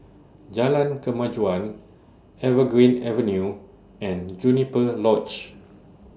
Jalan Kemajuan Evergreen Avenue and Juniper Lodge